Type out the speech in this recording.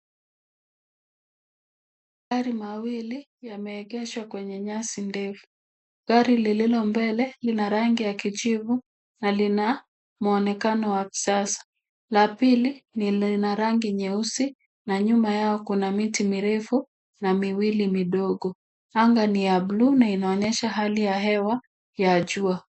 Magari mawili yameegezwa kwenye nyasi ndefu. Gari lililo mbele lina rangi ya kijivu na lina mwonekano wa kisasa. La pili lina rangi nyeusi na nyuma yao kuna miti mirefu na miwili midogo. Anga ni ya bluu na inaonyesha hali ya hewa ya jua.